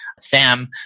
Sam